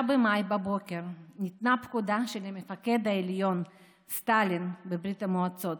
ב-9 במאי בבוקר ניתנה פקודה של המפקד העליון בברית המועצות,